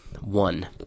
One